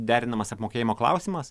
derinamas apmokėjimo klausimas